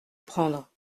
prendre